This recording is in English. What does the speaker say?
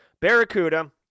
Barracuda